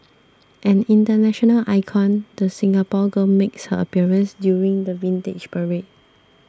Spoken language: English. an international icon the Singapore girl makes her appearance during the Vintage Parade